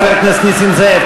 חבר הכנסת נסים זאב.